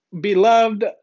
Beloved